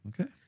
Okay